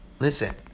Listen